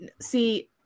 See